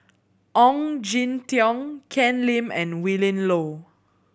Ong Jin Teong Ken Lim and Willin Low